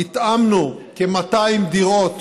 התאמנו כ-200 דירות